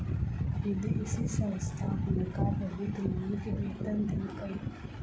विदेशी संस्था हुनका बहुत नीक वेतन देलकैन